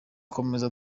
akomeza